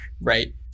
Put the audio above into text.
right